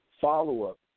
follow-up